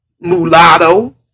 mulatto